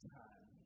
time